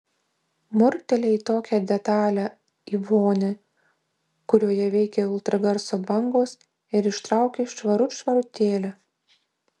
murktelėjai tokią detalią į vonią kurioje veikia ultragarso bangos ir ištrauki švarut švarutėlę